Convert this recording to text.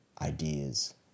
ideas